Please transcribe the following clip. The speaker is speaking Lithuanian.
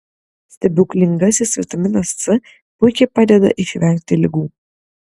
stebuklingasis vitaminas c puikiai padeda išvengti ligų